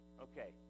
Okay